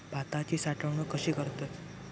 भाताची साठवूनक कशी करतत?